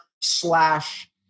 slash